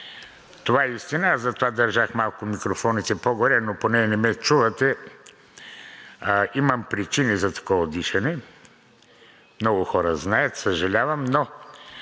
Това е истина и затова държах микрофоните малко по-горе, поне да не ме чувате. Имам причина за такова дишане, много хора знаят, съжалявам, и